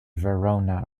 verona